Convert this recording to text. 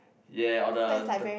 ya or the third